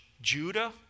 Judah